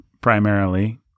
primarily